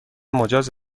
مجاز